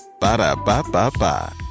Ba-da-ba-ba-ba